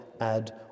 add